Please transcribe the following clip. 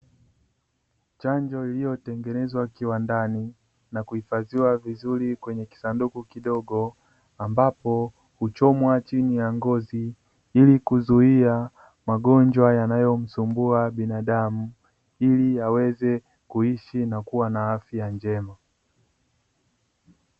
Chanjo iliyotengenezwa kiwandani na kuhifadhiwa vizuri kwenye kisanduku kidogo, ambapo huchomwa chini ya ngozi ili kuzuia magonjwa yanayo msumbua binadamu, ili aweze kuishi na kuwa na afya njema.